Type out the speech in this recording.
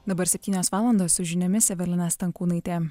dabar septynios valandos su žiniomis evelina stankūnaitė